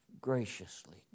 graciously